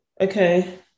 Okay